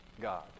God